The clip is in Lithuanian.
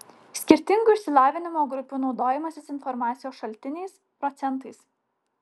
skirtingų išsilavinimo grupių naudojimasis informacijos šaltiniais procentais